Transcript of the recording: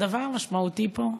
הדבר המשמעותי פה,